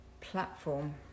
platform